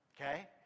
okay